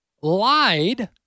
lied